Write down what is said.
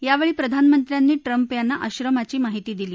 यावेळी प्रधानमंत्र्यांनी ट्रम्प यांना आश्रमाची माहिती दिली